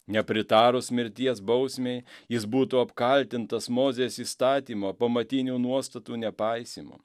nepritarus mirties bausmei jis būtų apkaltintas mozės įstatymo pamatinių nuostatų nepaisymu